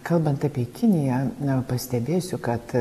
kalbant apie kiniją na pastebėsiu kad